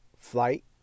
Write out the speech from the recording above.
flight